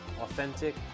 authentic